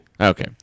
Okay